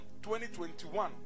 2021